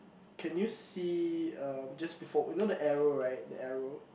can you see um just before you know the arrow right the arrow